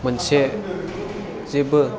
मोनसे जेबो